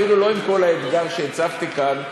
אפילו לא עם כל האתגר שהצבתי כאן,